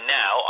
now